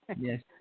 Yes